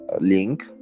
link